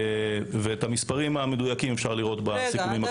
את המספרים המדויקים אפשר לראות בסיכומים הכתובים.